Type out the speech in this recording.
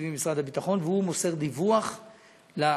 התקציבים במשרד הביטחון והוא מוסר דיווח לכנסת,